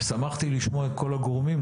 שמחתי לשמוע את כל הגורמים,